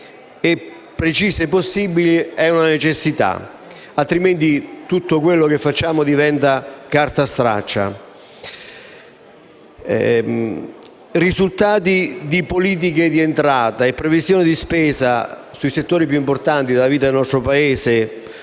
di spesa, è quindi una necessità, altrimenti tutto quello che facciamo diventa carta straccia. I risultati delle politiche di entrata e le previsioni di spesa sui settori più importanti della vita del nostro Paese